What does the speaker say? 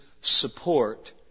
support